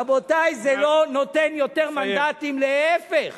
רבותי, זה לא נותן יותר מנדטים, להיפך.